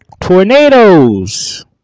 tornadoes